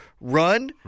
run